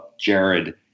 Jared